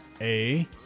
A-